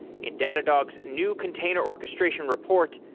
in datadog's new container orchestration report,